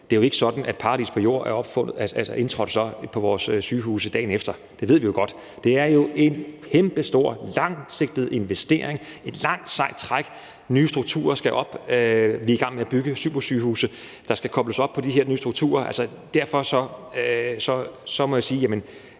det jo så ikke er sådan, at paradis på jord så er indtrådt på vores sygehuse dagen efter. Det ved vi jo godt. Det er jo en kæmpestor, langsigtet investering, et langt sejt træk i forhold til nye strukturer. Vi er i gang med at bygge supersygehuse, der skal kobles op på de her nye strukturer. Derfor må jeg sige, at